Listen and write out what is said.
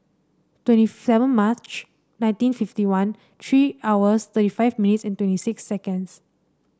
twenty seven March nineteen fifty one three hours thirty five minutes and twenty six seconds